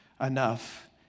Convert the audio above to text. enough